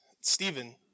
Stephen